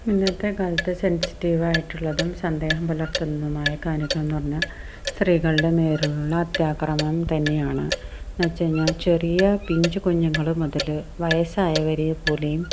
ഇന്നത്തെ കാലത്ത് സെൻസിറ്റീവ് ആയിട്ടുള്ളതും സന്ദേഹം പുലർത്തുന്നതുമായ കാര്യങ്ങൾ എന്ന് പറഞ്ഞാൽ സ്ത്രീകളുടെ മേലുള്ള അത്യാക്രമണം തന്നെയാണ് എന്നുവെച്ച് കഴിഞ്ഞാൽ ചെറിയ പിഞ്ച് കുഞ്ഞുങ്ങൾ മുതൽ വയസ്സായവരെ പോലെയും